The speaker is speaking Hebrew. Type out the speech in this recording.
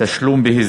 אין נמנעים ואין